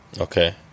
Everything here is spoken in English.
Okay